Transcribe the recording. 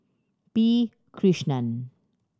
P Krishnan